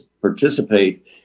participate